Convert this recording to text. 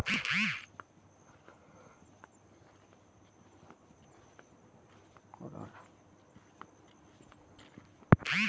pisciculture అనేది చేపల ఉత్పత్తులను ఆహారంగా పొందేందుకు చేసే ఒక రకమైన ఆక్వాకల్చర్